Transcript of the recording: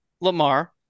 Lamar